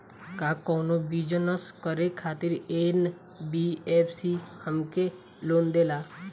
का कौनो बिजनस करे खातिर एन.बी.एफ.सी हमके लोन देला?